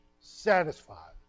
satisfied